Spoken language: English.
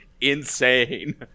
insane